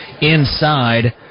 inside